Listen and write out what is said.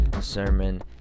sermon